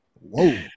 whoa